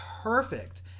perfect